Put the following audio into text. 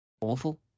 awful